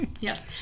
Yes